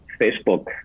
Facebook